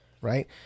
right